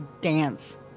dance